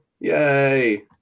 Yay